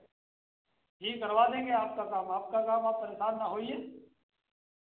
जी करवा देंगे आपका काम आपका काम आप परेशान ना होइए